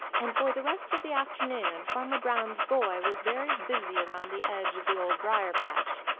and for the rest of the afternoon farmer brown's boy was very busy around the edge of the old briar-patch.